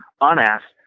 unasked